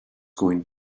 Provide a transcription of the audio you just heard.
going